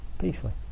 peacefully